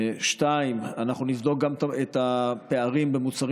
2. אנחנו נבדוק גם את הפערים במוצרים